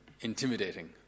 intimidating